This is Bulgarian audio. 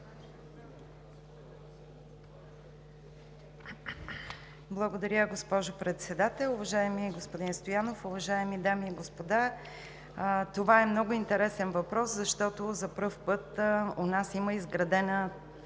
Благодаря Ви, госпожо Председател. Уважаеми господин Стоянов, уважаеми дами и господа! Това е много интересен въпрос, защото за пръв път у нас има изградена